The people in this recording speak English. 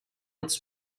its